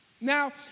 Now